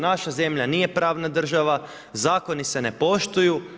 Naša zemlja nije pravna država, zakoni se ne poštuju.